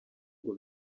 ngo